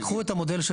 לקחו את המודל,